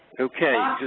okay.